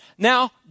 Now